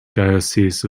diocese